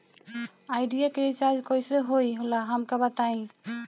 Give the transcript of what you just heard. Idea के recharge कईसे होला हमका बताई?